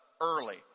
early